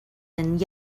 and